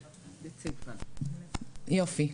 יופי.